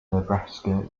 nebraska